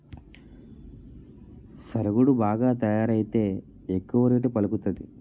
సరుగుడు బాగా తయారైతే ఎక్కువ రేటు పలుకుతాది